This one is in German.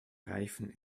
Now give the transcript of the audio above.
reifen